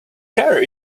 care